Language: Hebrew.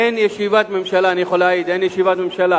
אני יכול להעיד אין ישיבת ממשלה